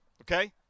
Okay